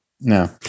No